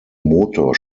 motor